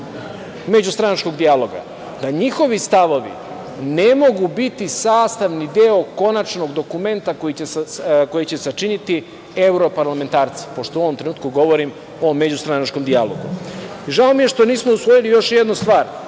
međustranačkog dijaloga, njihovi stavovi ne mogu biti sastavni deo konačnog dokumenta koji će sačiniti evro parlamentarci, pošto u ovom trenutku govorim o međustranačkom dijalogu. Žao mi je što nismo usvojili još jednu stvar,